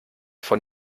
von